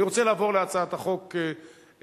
אני רוצה לעבור להצעת החוק שלי,